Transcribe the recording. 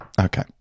okay